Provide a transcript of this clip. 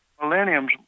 Millenniums